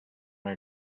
her